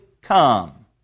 come